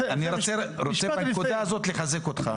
אני רוצה בנקודה הזו לחזק אותך.